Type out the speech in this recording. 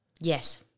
Yes